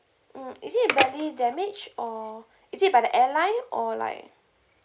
mm is it badly damaged or is it by the airline or like